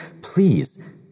Please